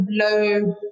low